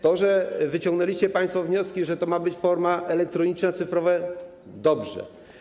To, że wyciągnęliście państwo wnioski, że ma to być w formie elektronicznej, cyfrowej - dobrze.